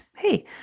Hey